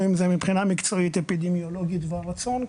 עם זה מבחינה מקצועית אפידמיולוגית והרצון,